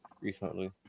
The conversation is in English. recently